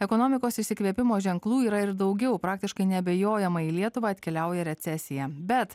ekonomikos išsikvėpimo ženklų yra ir daugiau praktiškai neabejojama į lietuvą atkeliauja recesija bet